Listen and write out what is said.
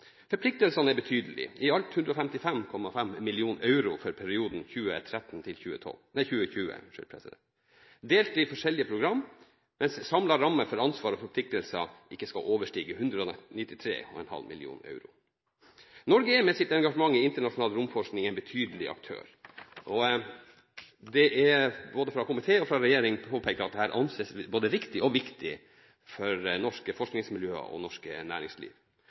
Forpliktelsene er betydelige, i alt 155,5 mill. euro for perioden 2013–2020 delt i forskjellige program, mens samlet ramme for ansvar og forpliktelser ikke skal overstige 193,5 mill. euro. Norge er med sitt engasjement i internasjonal romforskning en betydelig aktør, og det er fra både komité og regjering påpekt at dette anses både riktig og viktig for norske forskningsmiljøer og norsk næringsliv.